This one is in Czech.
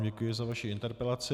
Děkuji vám za vaši interpelaci.